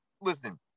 listen